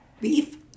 Beef